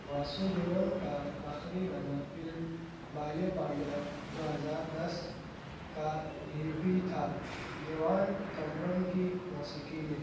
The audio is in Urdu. واسو دیون کا آخری گانا فلم بالے پانڈیا دو ہزار دس کا ہیپی تھا دیوان ایکمبرم کی موسیقی میں